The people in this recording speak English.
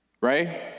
Right